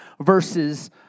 verses